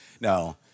No